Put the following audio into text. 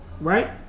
right